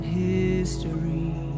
history